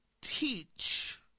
teach